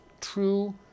true